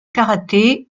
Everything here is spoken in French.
karaté